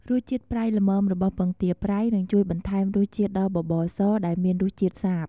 រសជាតិប្រៃល្មមរបស់ពងទាប្រៃ នឹងជួយបន្ថែមរសជាតិដល់បបរសដែលមានរសជាតិសាប។